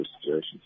situations